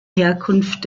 herkunft